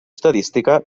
estadística